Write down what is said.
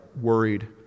worried